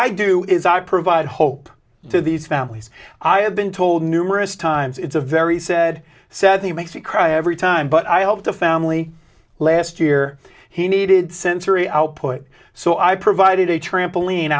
i do is i provide hope to these families i have been told numerous times it's a very said said he makes me cry every time but i hope the family last year he needed sensory output so i provided a trampoline